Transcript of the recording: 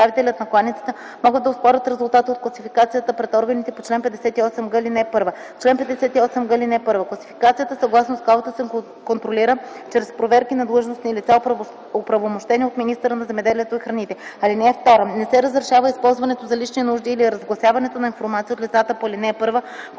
или управителят на кланицата могат да оспорят резултата от класификацията пред органите по чл. 58г, ал. 1. Чл. 58г. (1) Класификацията съгласно скалата се контролира чрез проверки на длъжностни лица, оправомощени от министъра на земеделието и храните. (2) Не се разрешава използването за лични нужди или разгласяването на информация от лицата по ал. 1,